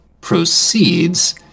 proceeds